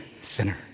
sinner